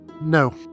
No